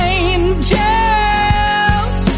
angels